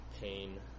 pain